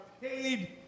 paid